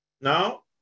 Now